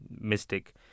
mystic